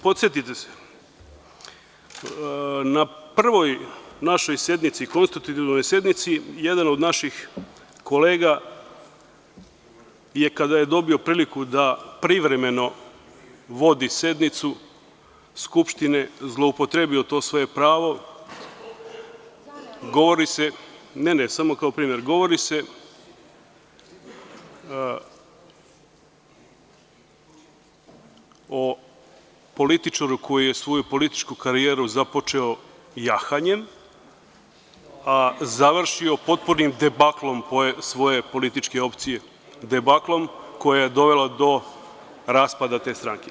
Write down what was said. Podsetite se, na prvoj našoj sednici, konstitutivnoj sednici, jedan od naših kolega je kada je dobio priliku da privremeno vodi sednicu Skupštine zloupotrebio to svoje pravo, samo kao primer, govori se o političaru koji je svoju političku karijeru započeo jahanjem, a završio potpunim debaklom svoje političke opcije, debaklom koji je doveo do raspada te stranke.